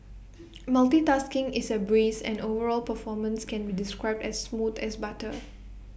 multitasking is A breeze and overall performance can be described as smooth as butter